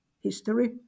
history